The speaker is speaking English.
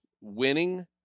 winning